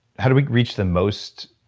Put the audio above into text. how do we reach the most.